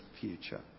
future